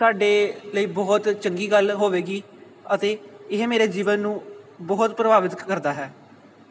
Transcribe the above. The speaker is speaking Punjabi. ਸਾਡੇ ਲਈ ਬਹੁਤ ਚੰਗੀ ਗੱਲ ਹੋਵੇਗੀ ਅਤੇ ਇਹ ਮੇਰੇ ਜੀਵਨ ਨੂੰ ਬਹੁਤ ਪ੍ਰਭਾਵਿਤ ਕਰਦਾ ਹੈ